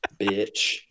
bitch